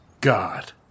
God